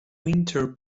winter